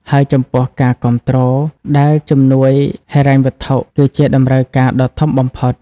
ហើយចំពោះការគាំទ្រ ដែលជំនួយហិរញ្ញវត្ថុ គឺជាតម្រូវការដ៏ធំបំផុត។